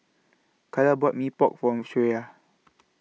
Calla bought Mee Pok For Shreya